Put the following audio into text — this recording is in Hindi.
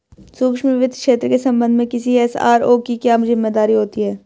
सूक्ष्म वित्त क्षेत्र के संबंध में किसी एस.आर.ओ की क्या जिम्मेदारी होती है?